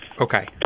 Okay